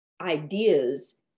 ideas